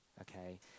okay